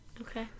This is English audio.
Okay